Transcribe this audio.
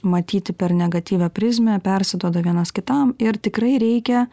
matyti per negatyvią prizmę persiduoda vienas kitam ir tikrai reikia